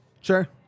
Sure